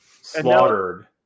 slaughtered